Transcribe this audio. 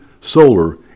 solar